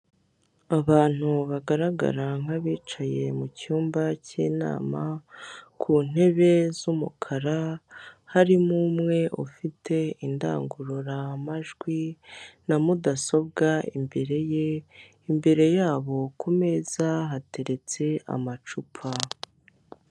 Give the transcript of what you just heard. Abantu bagaragara nk'abicaye mu cyumba cy'inama ku ntebe z'umukara, harimo umwe ufite indangururamajwi na mudasobwa imbere ye, imbere yabo ku meza hateretse amacupa.